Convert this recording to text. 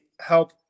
help